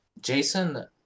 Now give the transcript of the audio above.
jason